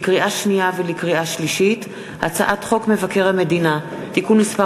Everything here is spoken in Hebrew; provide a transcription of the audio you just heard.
לקריאה שנייה ולקריאה שלישית: הצעת חוק מבקר המדינה (תיקון מס'